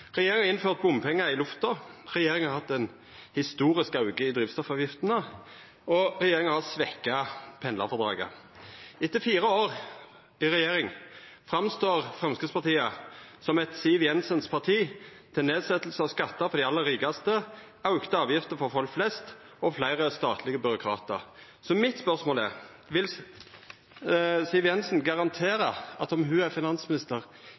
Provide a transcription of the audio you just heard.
Regjeringa har innført bompengar i lufta, regjeringa har hatt ein historisk auke i drivstoffavgiftene, og regjeringa har svekt pendlarfrådraget. Etter fire år i regjering står Framstegspartiet fram som eit «Siv Jensens Parti til nedsettelse av skatter for de aller rikeste, økte avgifter for folk flest og flere statlige byråkrater». Så mitt spørsmål er: Vil Siv Jensen garantera at om ho er finansminister